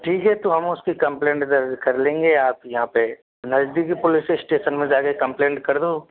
ठीक है तो हम उसके कंप्लेंट दर्ज कर लेंगे आप यहाँ पे नजदीकी पुलिस स्टेशन में जाके कंप्लेंट कर दो